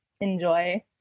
enjoy